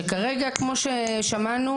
שירן,